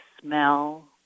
smell